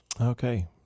Okay